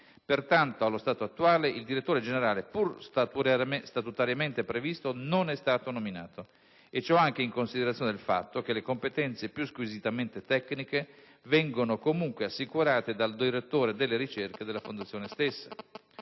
Pertanto, allo stato attuale, il direttore generale, pur statutariamente previsto, non è stato nominato e ciò anche in considerazione del fatto che le competenze più squisitamente tecniche vengono comunque assicurate dal direttore delle ricerche della Fondazione stessa.